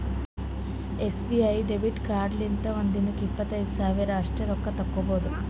SBI debit ಕಾರ್ಡ್ಲಿಂತ ಒಂದ್ ದಿನಕ್ಕ ಇಪ್ಪತ್ತೈದು ಸಾವಿರ ಅಷ್ಟೇ ರೊಕ್ಕಾ ತಕ್ಕೊಭೌದು